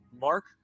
Mark